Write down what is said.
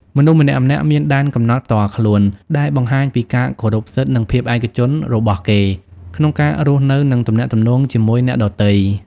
មនុស្សម្នាក់ៗមានដែនកំណត់ផ្ទាល់ខ្លួន ដែលបង្ហាញពីការគោរពសិទ្ធិ និងភាពឯកជនរបស់គេ ក្នុងការរស់នៅ និងទំនាក់ទំនងជាមួយអ្នកដទៃ។